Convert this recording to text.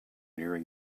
nearing